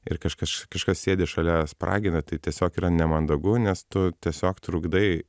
ir kažkas kažkas sėdi šalia spragina tai tiesiog yra nemandagu nes tu tiesiog trukdai